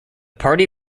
party